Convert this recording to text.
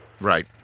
right